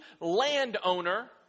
landowner